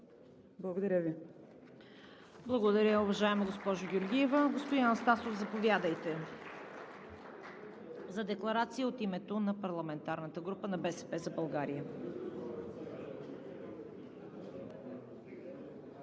КАРАЯНЧЕВА: Благодаря, уважаема госпожо Георгиева. Господин Анастасов, заповядайте за декларация от името на парламентарната група на „БСП за България“.